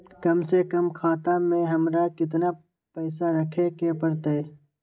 कम से कम खाता में हमरा कितना पैसा रखे के परतई?